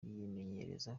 yimenyereza